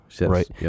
right